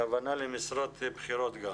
הכוונה גם למשרות בכירות.